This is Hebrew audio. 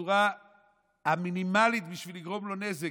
בצורה המינימלית, בשביל לא לגרום לו נזק.